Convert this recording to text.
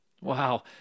Wow